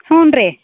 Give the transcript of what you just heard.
ಹ್ಞೂ ರೀ